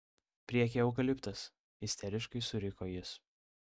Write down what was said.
priekyje eukaliptas isteriškai suriko jis